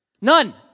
none